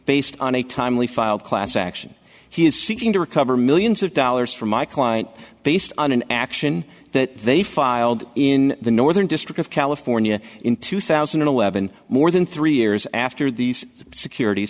based on a timely filed class action he is seeking to recover millions of dollars from my client based on an action that they filed in the northern district of california in two thousand and eleven more than three years after these securit